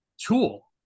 tool